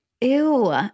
ew